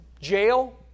jail